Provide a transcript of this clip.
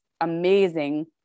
amazing